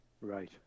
right